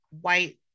white